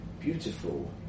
beautiful